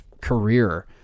career